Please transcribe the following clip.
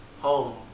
home